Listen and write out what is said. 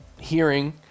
hearing